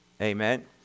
Amen